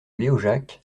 léojac